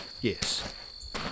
yes